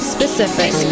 Specific